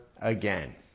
again